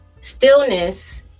stillness